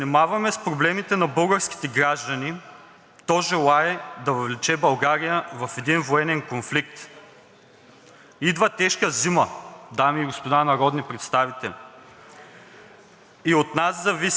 Идва тежка зима, дами и господа народни представители, и от нас зависи дали тази тежка зима българските граждани ще изкарат със семействата си на топло вкъщи,